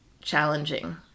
challenging